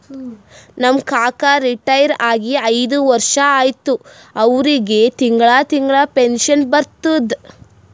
ನಮ್ ಕಾಕಾ ರಿಟೈರ್ ಆಗಿ ಐಯ್ದ ವರ್ಷ ಆಯ್ತ್ ಅವ್ರಿಗೆ ತಿಂಗಳಾ ತಿಂಗಳಾ ಪೆನ್ಷನ್ ಬರ್ತುದ್